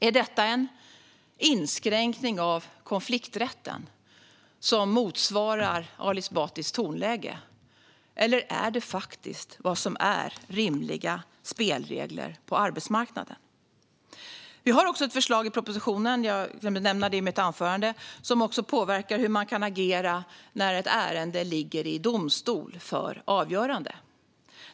Är detta en inskränkning av konflikträtten som motiverar Ali Esbatis tonläge, eller är det faktiskt vad som är rimliga spelregler på arbetsmarknaden? Vi har också ett förslag i propositionen - jag glömde att nämna det i mitt anförande - som också påverkar hur man kan agera när ett ärende ligger i domstol för avgörande.